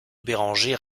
béranger